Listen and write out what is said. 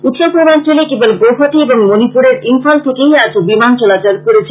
উত্তর পূর্বাঞ্চলে কেবল গৌহাটি এবং মনিপুরের ইম্ফল থেকেই আজ বিমান চলাচল করেছে